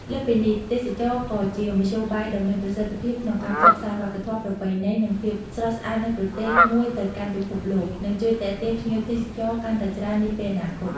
លើសពីនេះ ទេសចរណ៍ក៏ជាមធ្យោបាយដ៏មានប្រសិទ្ធភាពក្នុងការផ្សព្វផ្សាយវប្បធម៌ ប្រពៃណី និងភាពស្រស់ស្អាតនៃប្រទេសមួយទៅកាន់ពិភពលោក ដែលជួយទាក់ទាញភ្ញៀវទេសចរកាន់តែច្រើននាពេលអនាគត។